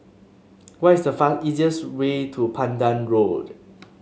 what is the easiest way to Pandan Road